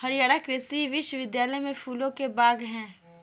हरियाणा कृषि विश्वविद्यालय में फूलों के बाग हैं